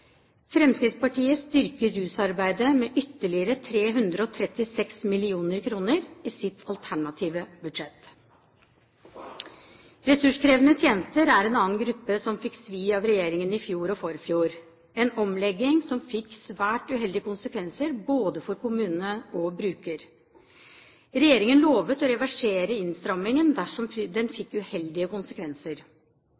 Fremskrittspartiet styrker rusarbeidet med ytterligere 336 mill. kr i sitt alternative budsjett. Ressurskrevende tjenester er en annen gruppe som fikk svi av regjeringen i fjor og forfjor. Det var en omlegging som fikk svært uheldige konsekvenser både for kommunene og bruker. Regjeringen lovet å reversere innstrammingen dersom den